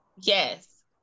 yes